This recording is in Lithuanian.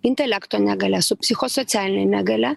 intelekto negalia su psichosocialine negalia